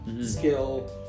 skill